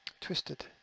Twisted